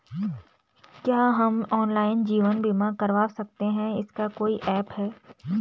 क्या हम ऑनलाइन जीवन बीमा करवा सकते हैं इसका कोई ऐप है?